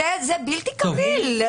זה בלתי קביל.